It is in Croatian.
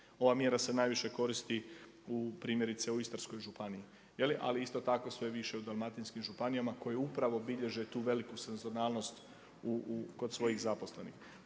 Ova mjera se najviše koristi primjerice u Istarskoj županije, ali isto tako sve više i u dalmatinskim županijama koji upravo bilježe tu veliku sezonalnost kod svojih zaposlenih.